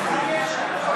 מה הקשר?